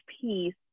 piece